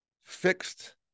fixed